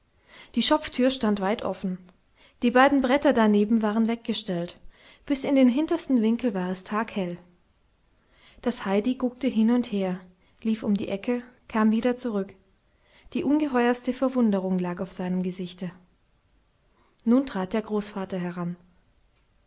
die schopftür stand weit offen die beiden bretter daneben waren weggestellt bis in den hintersten winkel war es taghell das heidi guckte hin und her lief um die ecke kam wieder zurück die ungeheuerste verwunderung lag auf seinem gesichte nun trat der großvater heran